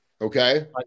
okay